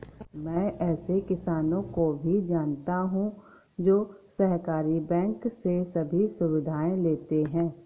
मैं ऐसे किसानो को भी जानता हूँ जो सहकारी बैंक से सभी सुविधाएं लेते है